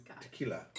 tequila